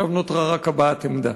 עכשיו נותרה רק הבעת עמדה.